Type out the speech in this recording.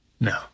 No